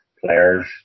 players